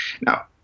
Now